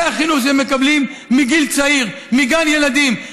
זה החינוך שהם מקבלים מגיל צעיר, מגן ילדים.